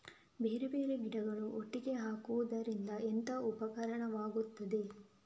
ಬೇರೆ ಬೇರೆ ಗಿಡಗಳು ಒಟ್ಟಿಗೆ ಹಾಕುದರಿಂದ ಎಂತ ಉಪಕಾರವಾಗುತ್ತದೆ?